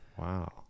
Wow